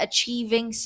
Achieving